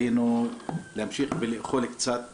היינו ממשיכים לאכול קצת,